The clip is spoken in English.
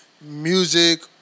music